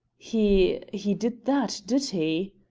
he he did that, did he?